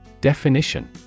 Definition